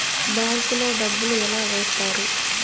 bank లో డబ్బులు ఎలా వేస్తారు